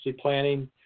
planning